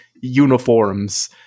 uniforms